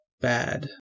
bad